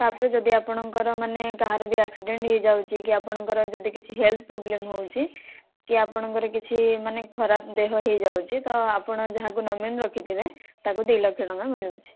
ତାପରେ ଯଦି ଆପଣଙ୍କର ମାନେ କାହାର ବି ଏକ୍ସିଡ଼େଣ୍ଟ ହେଇଯାଉଛି କି ଆପଣଙ୍କର ଯଦି କିଛି ହେଲ୍ଥ ପ୍ରୋବ୍ଲେମ ହେଉଛି କି ଆପଣଙ୍କର କିଛି ମାନେ ଖରାପ ଦେହ ହେଇଯାଉଛି ତ ଆପଣ ଯାହାକୁ ନୋମିନୀ ରଖିଥିବେ ତାକୁ ଦୁଇ ଲକ୍ଷ ଟଙ୍କା ମିଳୁଛି